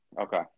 Okay